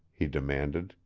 he demanded.